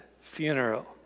funeral